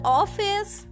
office